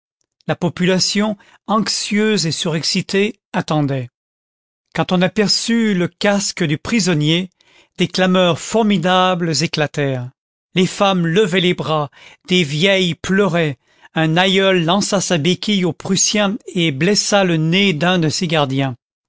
la population anxieuse et surexcitée attendait quand on aperçut le casque du prisonnier des clameurs formidables éclatèrent les femmes levaient les bras des vieilles pleuraient un aïeul lança sa béquille au prussien et blessa le nez d'un de ses gardiens